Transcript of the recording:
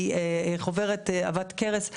היא חוברת עבת כרס,